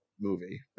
movie